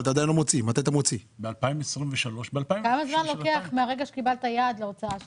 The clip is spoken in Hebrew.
כמה זמן לוקח מהרגע שקיבלת יעד עד להוצאה שלו?